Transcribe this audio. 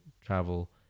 travel